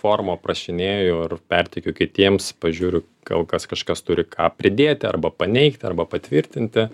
forma aprašinėju ir perteikiu kitiems pažiūriu gal kas kažkas turi ką pridėti arba paneigti arba patvirtinti